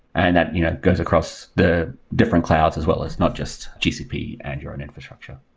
and that you know goes across the different clouds, as well as not just gcp and your own infrastructure